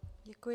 Děkuji.